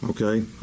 okay